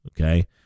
Okay